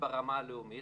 הן הרמה הלאומית,